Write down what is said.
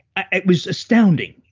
it was astounding,